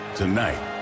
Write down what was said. tonight